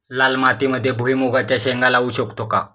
लाल मातीमध्ये भुईमुगाच्या शेंगा लावू शकतो का?